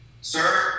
sir